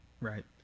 Right